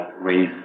raise